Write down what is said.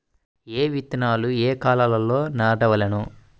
ఏ విత్తనాలు ఏ కాలాలలో నాటవలెను?